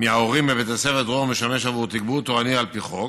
מההורים בבית הספר דרור משמש עבור תגבור תורני על פי חוק.